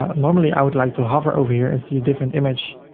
ah normally i would like to hover over here and see a different image.